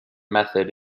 method